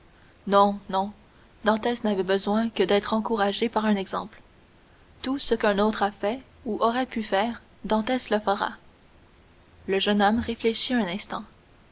non non dantès n'avait besoin que d'être encouragé par un exemple tout ce qu'un autre a fait ou aurait pu faire dantès le fera le jeune homme réfléchit un instant